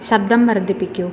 ശബ്ദം വർദ്ധിപ്പിക്കൂ